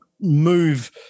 move